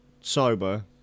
sober